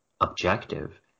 objective